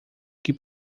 que